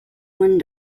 one